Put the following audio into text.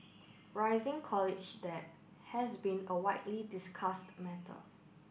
rising college debt has been a widely discussed matter